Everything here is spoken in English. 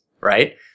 right